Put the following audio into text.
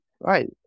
Right